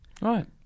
right